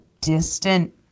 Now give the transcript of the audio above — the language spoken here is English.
distant